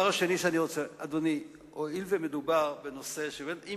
אדוני, הואיל ומדובר בנושא, אני